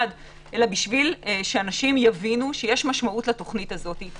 אלא כדי שאנשים יבינו שיש משמעות לתוכנית הזאת.